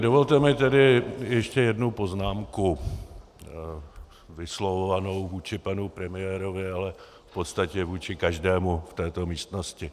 Dovolte mi tedy ještě jednu poznámku vyslovovanou vůči panu premiérovi, ale v podstatě vůči každému v této místnosti.